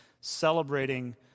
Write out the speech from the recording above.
celebrating